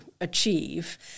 achieve